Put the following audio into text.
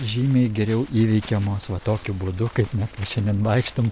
žymiai geriau įveikiamos va tokiu būdu kaip mes va šiandien vaikštom